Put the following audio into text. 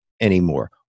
anymore